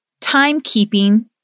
timekeeping